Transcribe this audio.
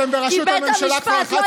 אתם בראשות הממשלה כבר 11 שנים.